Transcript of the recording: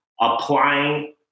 applying